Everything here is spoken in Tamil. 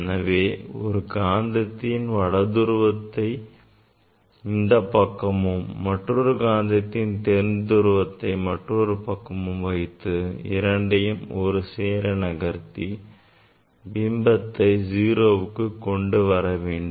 எனவே ஒரு காந்தத்தின் வட துருவத்தை இந்தப் பக்கமும் மற்றொரு காந்தத்தின் தென் துருவத்தை மற்றொரு பக்கமும் வைத்து இரண்டையும் ஒருசேர நகர்த்தி பிம்பத்தை 0க்கு கொண்டு வரவேண்டும்